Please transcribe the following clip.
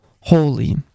holy